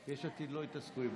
יש עתיד לא התעסקו עם